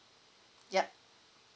yup